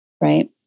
right